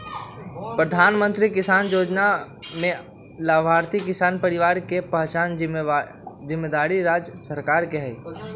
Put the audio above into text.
प्रधानमंत्री किसान जोजना में लाभार्थी किसान परिवार के पहिचान जिम्मेदारी राज्य सरकार के हइ